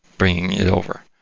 bringing it over.